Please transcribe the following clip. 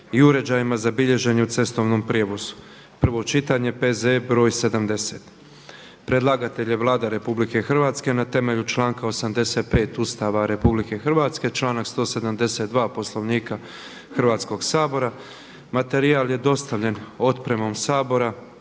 i uređajima za bilježenje u cestovnom prijevozu, prvo čitanje, P.Z.E. br. 70. Predlagatelj je Vlada Republike Hrvatske na temelju članaka 85. Ustava Republike Hrvatske, članak 172. Poslovnika Hrvatskoga sabora. Materijal je dostavljen otpremom Sabora.